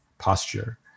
posture